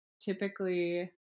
typically